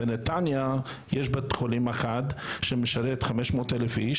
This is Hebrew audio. בנתניה יש בית חולים אחד שמשרת 500,000 איש